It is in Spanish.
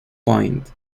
point